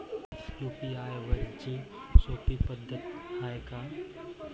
UPI वापराची सोपी पद्धत हाय का?